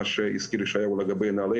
מה שהזכיר ישעיהו לגבי נעל"ה,